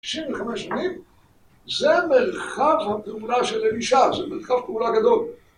שישים וחמש שנים זה מרחב הפעולה של אלישע, זה מרחב פעולה גדול.